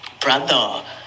brother